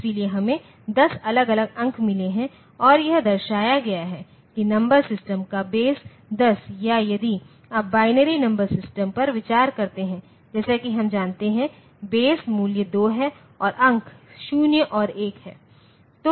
इसलिए हमें 10 अलग अलग अंक मिले हैं और यह दर्शाया गया है कि नंबर सिस्टम का बेस 10 या यदि आप बाइनरी नंबर सिस्टम पर विचार करते हैं जैसा कि हम जानते हैं कि बेस मूल्य 2 है और अंक 0 और 1 हैं